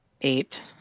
Eight